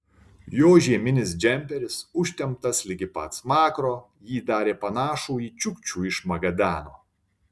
jo žieminis džemperis užtemptas ligi pat smakro jį darė panašų į čiukčių iš magadano